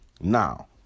now